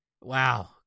Wow